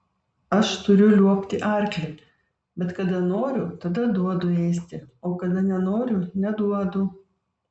aš turiu liuobti arklį bet kada noriu tada duodu ėsti o kada nenoriu neduodu